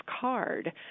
card